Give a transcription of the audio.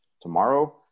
Tomorrow